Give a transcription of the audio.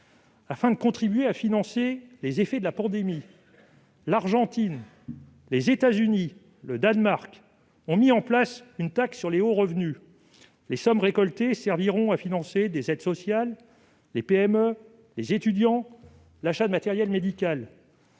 Afin de contribuer à financer les effets de la pandémie, l'Argentine, les États-Unis et le Danemark ont mis en place une taxe sur les hauts revenus. Les sommes récoltées serviront à financer des aides sociales, des PME, l'achat de matériel médical,